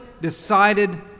decided